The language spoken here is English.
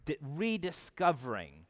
rediscovering